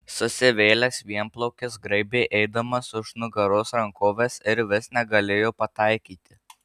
susivėlęs vienplaukis graibė eidamas už nugaros rankoves ir vis negalėjo pataikyti